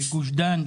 בגוש דן,